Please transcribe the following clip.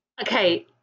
Okay